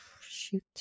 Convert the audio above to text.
Shoot